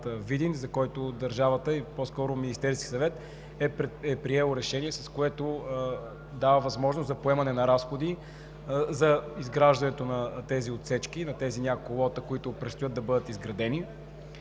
за който държавата и по скоро Министерският съвет е приел решение, с което дава възможност за поемане на разходи за изграждането на тези отсечки, на тези няколко лота, които предстоят да бъдат изградени.